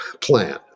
plan